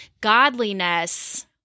godliness